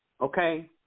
okay